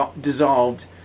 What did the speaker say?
dissolved